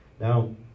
Now